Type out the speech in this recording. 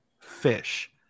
fish